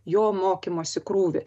jo mokymosi krūvį